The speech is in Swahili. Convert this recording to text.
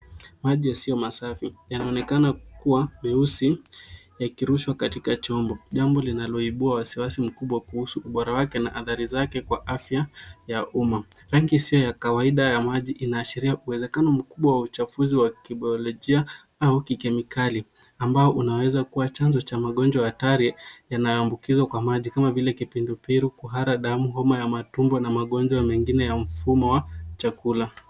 Maji yasio masafi yanaonekana kukuwa meusi yakirushwa katika chombo. Jambo linaloibua wasiwasi mkubwa kuhusu ubora wake na adhari zake kwa afya ya umma. Rangi sio ya kawaida ya maji inaashiria uwezakano mkubwa wa uchafuzi wa kibiolejia au kikemikali ambao unaweza kuwa chanzo cha magonjowa hatari yana ambukizwa kwa maji kama vile kipindupindu, kuhara damu, homa ya matumbo na magonjwa ya mengine ya mfumo wa chakula.